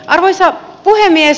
arvoisa puhemies